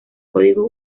código